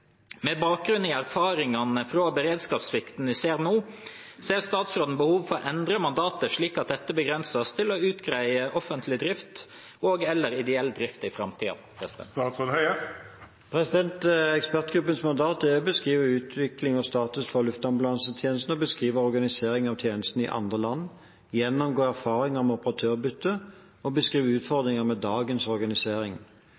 Med bakgrunn i erfaringene fra beredskapssvikten vi ser nå, ser statsråden behovet for å endre mandatet slik at dette begrenses til å utrede offentlig drift og/eller ideell drift i framtiden?» Ekspertgruppens mandat er å beskrive utvikling og status for luftambulansetjenesten, beskrive organiseringen av tjenesten i andre land, gjennomgå erfaringer med operatørbytte og beskrive